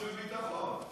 נראה לי ועדת החוץ והביטחון.